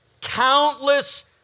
countless